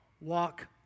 walk